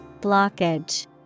Blockage